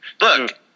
Look